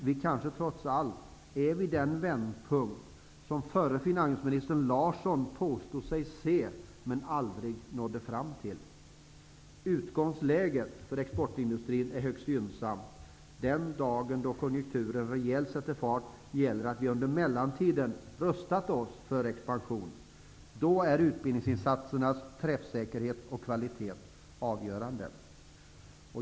Vi kanske trots allt är vid den vändpunkt som förre finansministern Larsson påstod sig se men aldrig nådde fram till. Utgångsläget för exportindustrin är högst gynnsamt. Den dagen då konjukturen sätter rejäl fart gäller det att vi under mellantiden har rustat oss för expansion. Då är utbildningsinsatsernas träffsäkerhet och kvalitet avgörande.